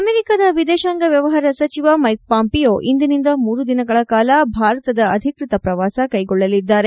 ಅಮೆರಿಕದ ವಿದೇಶಾಂಗ ವ್ಯವಹಾರ ಸಚಿವ ಮ್ಯೆಕ್ ಪಾಂಪಿಯೊ ಇಂದಿನಿಂದ ಮೂರು ದಿನಗಳ ಕಾಲ ಭಾರತದ ಅಧಿಕೃತ ಪ್ರವಾಸ ಕೈಗೊಳ್ಳಲಿದ್ದಾರೆ